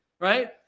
right